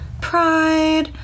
pride